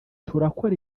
turakora